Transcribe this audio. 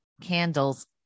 candles